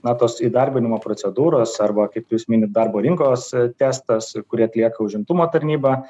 na tos įdarbinimo procedūros arba kaip jūs minit darbo rinkos testas kurį atlieka užimtumo tarnyba